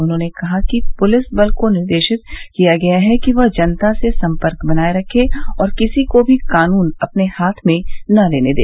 उन्होंने कहा कि पुलिस बल को निर्देशित किया गया है कि वह जनता से सम्पर्क बनाए रखे और किसी को भी कानून अपने हाथ में न लेने दे